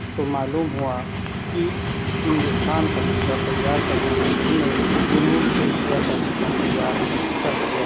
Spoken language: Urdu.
تو معلوم ہوا کہ ہندوستان کا نقشہ تیار کرنے میں ہم نے جنوب ایشیا کا نقسہ تیار کر دیا